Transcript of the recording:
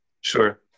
Sure